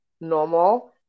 normal